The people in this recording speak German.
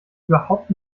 überhaupt